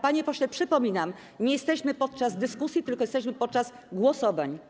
Panie pośle, przypominam, że nie jesteśmy podczas dyskusji, tylko jesteśmy podczas głosowań.